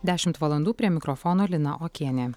dešimt valandų prie mikrofono lina okienė